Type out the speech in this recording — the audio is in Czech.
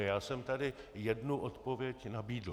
Já jsem tady jednu odpověď nabídl.